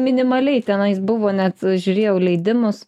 minimaliai tenais buvo net žiūrėjau leidimus